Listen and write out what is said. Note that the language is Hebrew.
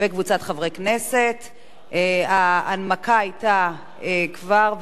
ההנמקה היתה כבר, והיום תשובה והצבעה.